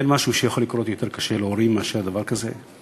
אין משהו יותר קשה שיכול לקרות להורים מאשר דבר כזה.